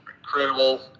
incredible